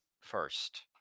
first